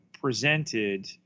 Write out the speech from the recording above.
presented